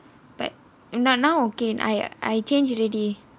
but now now okay I I change already